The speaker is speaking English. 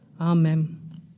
Amen